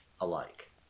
alike